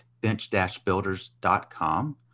bench-builders.com